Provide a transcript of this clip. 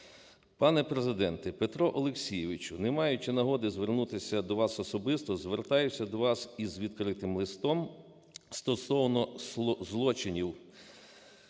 "Пане Президенте Петро Олексійовичу, не маючи нагоди звернутися до вас особисто, звертаюсь до вас із відкритим листом стосовно злочинів